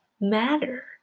matter